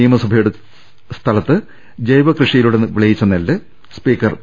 നിയമസഭയുടെ സ്ഥലത്ത് ജൈവ കൃഷിയിലൂടെ വിളയിച്ച നെല്ല് സ്പീക്കർ പി